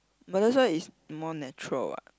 Malaysia is more natural what